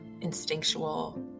instinctual